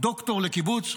דוקטור לקיבוץ,